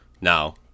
now